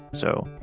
so,